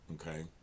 okay